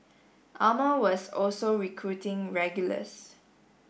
armour was also recruiting regulars